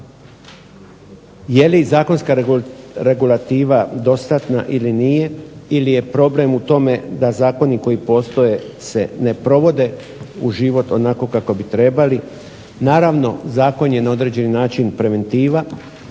Je li zakonska regulativa dostatna ili nije ili je problem u tome da zakoni koji postoje se ne provode u život onako kako bi trebali. Naravno, zakon je na određeni način preventiva,